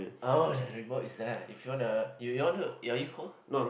oh the remote is there if you wanna you you want to are you cold